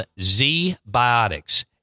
Z-Biotics